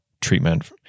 treatment